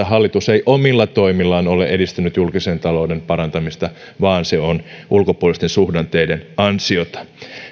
hallitus ei omilla toimillaan ole edistänyt julkisen talouden parantamista vaan se on ulkopuolisten suhdanteiden ansiota